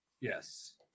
Yes